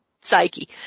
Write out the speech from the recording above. psyche